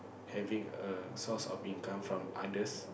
having a source of income from others